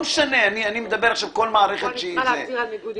היא צריכה להצהיר על ניגוד עניינים.